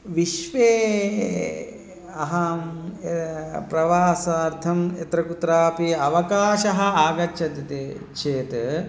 विश्वे अहं प्रवासार्थं यत्र कुत्रापि अवकाशः आगच्छति ते चेत्